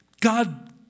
God